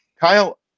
Kyle